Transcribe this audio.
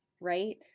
right